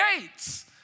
gates